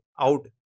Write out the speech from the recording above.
out